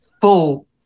full